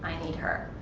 need her.